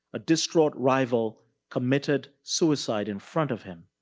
a distraught rival committed suicide in front of him.